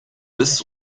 this